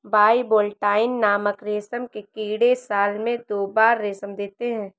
bivoltine नामक रेशम के कीड़े साल में दो बार रेशम देते है